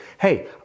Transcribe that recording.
hey